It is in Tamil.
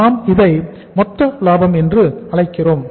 நாம் இதை மொத்த லாபம் என்று அழைக்கிறோம்